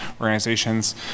organizations